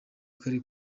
kare